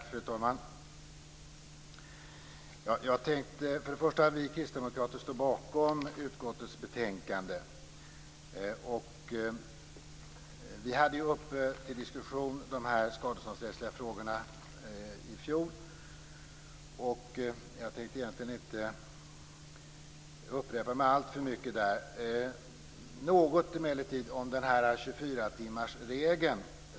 Fru talman! Vi kristdemokrater står bakom utskottets betänkande. Vi hade de här skadeståndsrättsliga frågorna uppe till diskussion i fjol. Jag tänkte egentligen inte upprepa mig alltför mycket. Jag vill emellertid säga något om 24 timmarsregeln.